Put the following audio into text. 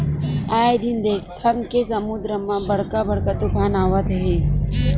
आए दिन देखथन के समुद्दर म बड़का बड़का तुफान आवत हे